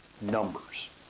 numbers